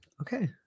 okay